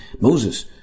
Moses